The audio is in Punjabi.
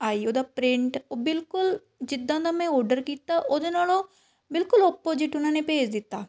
ਆਈ ਉਹਦਾ ਪ੍ਰਿੰਟ ਉਹ ਬਿਲਕੁਲ ਜਿੱਦਾਂ ਦਾ ਮੈਂ ਔਡਰ ਕੀਤਾ ਉਹਦੇ ਨਾਲ਼ੋ ਬਿਲਕੁਲ ਓਪੋਜਿਟ ਉਹਨਾਂ ਨੇ ਭੇਜ ਦਿੱਤਾ